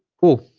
cool